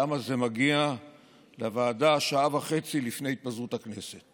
למה זה מגיע לוועדה שעה וחצי לפני התפזרות הכנסת